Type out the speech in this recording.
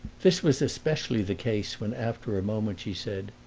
this was especially the case when after a moment she said.